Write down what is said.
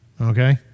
Okay